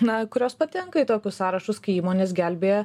na kurios patenka į tokius sąrašus kai įmonės gelbėja